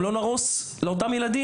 גם לא נהרוס לאותם ילדים,